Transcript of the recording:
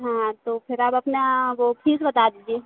हाँ तो फ़िर आप अपना वह फीस बता दीजिए